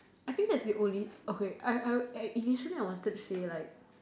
I think that's the only okay I I eh initially wanted to say like